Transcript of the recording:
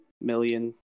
million